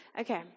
Okay